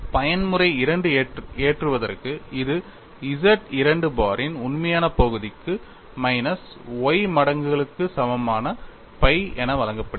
பயன்முறை II ஏற்றுவதற்கு இது Z II பாரின் உண்மையான பகுதிக்கு மைனஸ் y மடங்குகளுக்கு சமமான phi என வழங்கப்படுகிறது